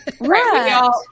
Right